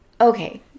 Okay